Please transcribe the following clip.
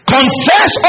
Confess